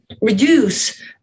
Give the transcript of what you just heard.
reduce